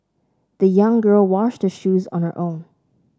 the young girl washed her shoes on her own